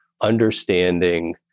understanding